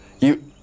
You-